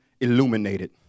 illuminated